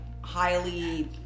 highly